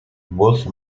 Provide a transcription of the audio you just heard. both